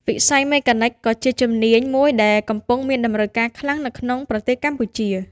វិស័យ មេកានិក ក៏ជាជំនាញមួយដែលកំពុងមានតម្រូវការខ្លាំងនៅក្នុងប្រទេសកម្ពុជា។